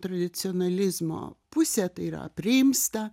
tradicionalizmo pusę tai yra aprimsta